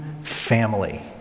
family